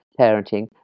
parenting